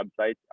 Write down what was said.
websites